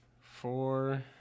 Four